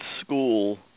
school